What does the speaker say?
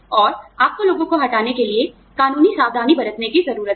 और आपको लोगों को हटाने के लिए कानूनी सावधानी बरतने की ज़रूरत है